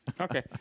Okay